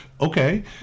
okay